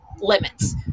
limits